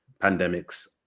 pandemics